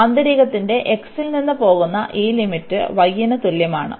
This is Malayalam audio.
ആന്തരികത്തിന്റെ x ൽ നിന്ന് പോകുന്ന ഈ ലിമിറ്റ് y ന് തുല്യമാണ്